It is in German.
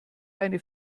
eine